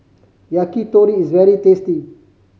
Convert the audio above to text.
yakitori is very tasty